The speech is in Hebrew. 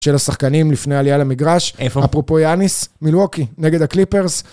של השחקנים לפני עלייה למגרש, אפרופו יאניס, מלווקי נגד הקליפרס.